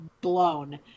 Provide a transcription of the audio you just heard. blown